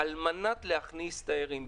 על-מנת להכניס תיירים.